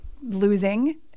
losing